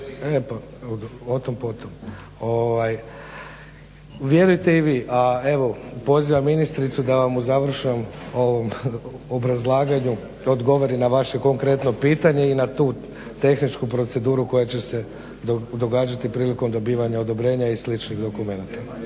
postupka vjerujte i vi. A evo pozivam ministricu da vam u završnom ovom obrazlaganju odgovori na vaše konkretno pitanje i na tu tehničku proceduru koja će se događati prilikom dobivanja odobrenja i sličnih dokumenata.